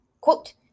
Quote